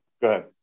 good